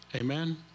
Amen